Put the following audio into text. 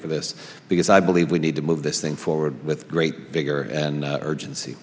for this because i believe we need to move this thing forward with great vigor and urgency